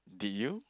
did you